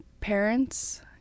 parents